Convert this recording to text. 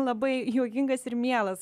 labai juokingas ir mielas